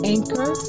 Anchor